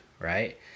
right